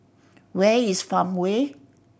where is Farmway